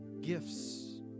gifts